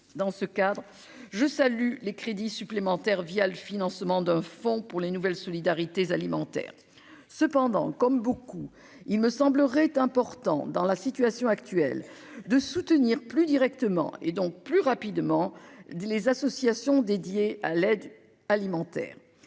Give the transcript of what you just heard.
dans ce cadre, je salue les crédits supplémentaires via le financement d'un fonds pour les nouvelles solidarités cependant comme beaucoup il me semblerait important dans la situation actuelle de soutenir plus directement et donc plus rapidement des les associations dédiées à l'aide alimentaire,